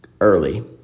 early